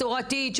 מסורתית,